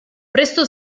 prestò